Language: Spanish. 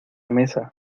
mesa